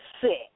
sick